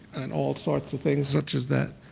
and all sorts of things such as that.